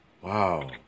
Wow